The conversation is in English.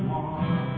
one